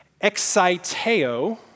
exciteo